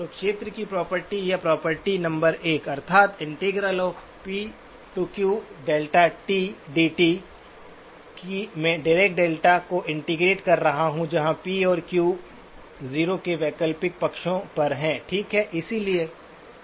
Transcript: तो क्षेत्र की प्रॉपर्टी या प्रॉपर्टी नंबर 1 अर्थात् कि मैं डिराक डेल्टा को इंटीग्रेट कर रहा हूँ जहाँ p और q 0 के वैकल्पिक पक्षों पर हैं ठीक है